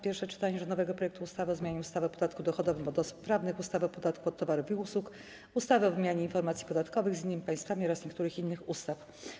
Pierwsze czytanie rządowego projektu ustawy o zmianie ustawy o podatku dochodowym od osób prawnych, ustawy o podatku od towarów i usług, ustawy o wymianie informacji podatkowych z innymi państwami oraz niektórych innych ustaw.